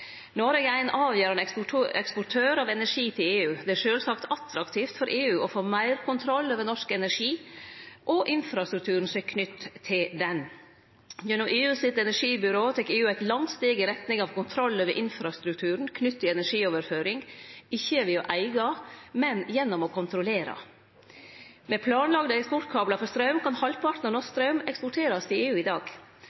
Noreg er ein avgjerande eksportør av energi til EU. Det er sjølvsagt attraktivt for EU å få meir kontroll over norsk energi og infrastrukturen som er knytt til han. Gjennom EU sitt energibyrå tek EU eit langt steg i retning av kontroll over infrastrukturen knytt til energioverføring – ikkje ved å eige, men gjennom å kontrollere. Med planlagde eksportkablar for straum kan halvparten av norsk